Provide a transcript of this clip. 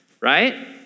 right